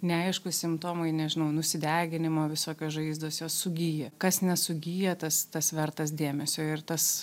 neaiškūs simptomai nežinau nusideginimo visokios žaizdos jos sugyja kas nesugyja tas tas vertas dėmesio ir tas